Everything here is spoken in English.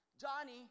Johnny